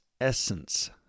essence